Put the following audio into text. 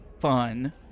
fun